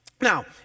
Now